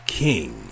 king